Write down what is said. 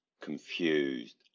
confused